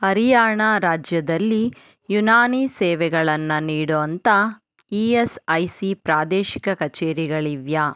ಹರಿಯಾಣ ರಾಜ್ಯದಲ್ಲಿ ಯುನಾನಿ ಸೇವೆಗಳನ್ನು ನೀಡೊ ಅಂಥ ಇ ಎಸ್ ಐ ಸಿ ಪ್ರಾದೇಶಿಕ ಕಚೇರಿಗಳಿವೆಯಾ